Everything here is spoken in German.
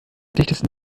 dichtesten